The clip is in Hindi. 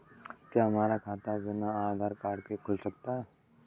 क्या हमारा खाता बिना आधार कार्ड के खुल सकता है?